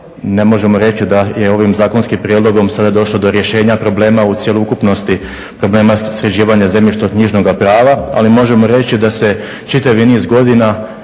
ne možemo reći da je ovim zakonskim prijedlogom sada došlo do rješenja problema u cjelokupnosti problema sređivanja zemljišno-knjižnoga prava ali možemo reći da se čitavi niz godina